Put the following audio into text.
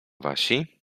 wasi